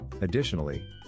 Additionally